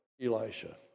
Elisha